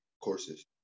courses